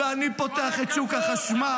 ואני פותח את שוק החשמל.